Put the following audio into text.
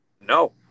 No